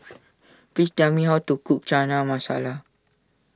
please tell me how to cook Chana Masala